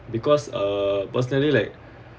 because uh personally like